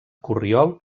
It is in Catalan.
corriol